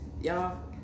Y'all